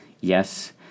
yes